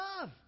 love